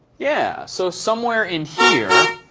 yeah. so somewhere in here,